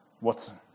Watson